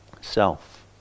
self